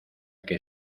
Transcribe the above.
que